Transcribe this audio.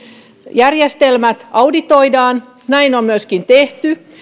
järjestelmät auditoidaan näin on myöskin tehty